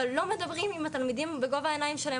אבל לא מדברים עם התלמידים בגובה העיניים שלהם